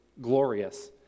glorious